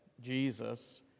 Jesus